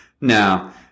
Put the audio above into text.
Now